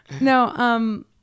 No